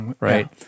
right